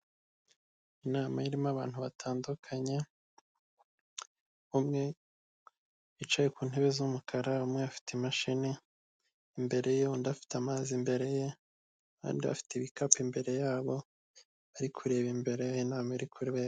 Inama irimo abantu batandukanye, umwe yicaye ku ntebe z'umukara, umwe afite imashini imbere ye, undi afite amazi imbere ye, abandi bafite ibikapu imbere yabo, bari kureba imbere iyo inama iri kubera.